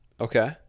Okay